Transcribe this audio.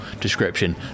description